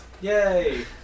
Yay